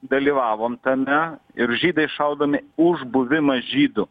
dalyvavom tame ir žydai šaudomi už buvimą žydu